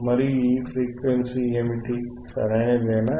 మరియు ఈ ఫ్రీక్వెన్సీ ఏమిటి సరియైనదా